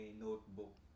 notebook